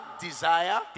desire